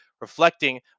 reflecting